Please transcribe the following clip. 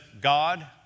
God